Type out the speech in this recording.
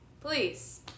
Please